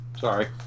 sorry